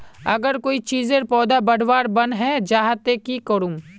अगर कोई चीजेर पौधा बढ़वार बन है जहा ते की करूम?